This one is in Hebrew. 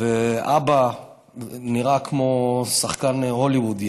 ואבא נראה כמו שחקן הוליוודי,